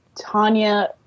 Tanya